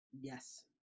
yes